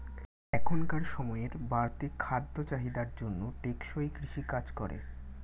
এখনকার সময়ের বাড়তি খাদ্য চাহিদার জন্য টেকসই কৃষি কাজ করে